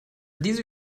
diese